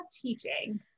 teaching